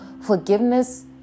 Forgiveness